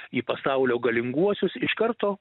į pasaulio galinguosius iš karto